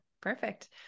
Perfect